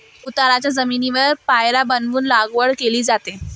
उताराच्या जमिनीवर पायऱ्या बनवून लागवड केली जाते